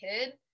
kid